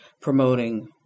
promoting